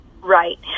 right